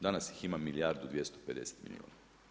Danas ih ima milijardu i 250 milijuna.